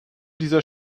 dieser